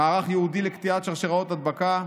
מערך ייעודי לקטיעת שרשראות הדבקה,